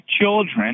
children